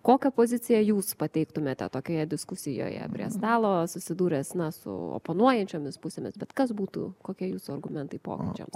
kokią poziciją jūs pateiktumėte tokioje diskusijoje prie stalo susidūręs na su oponuojančiomis pusėmis bet kas būtų kokia jūsų argumentai pokyčiams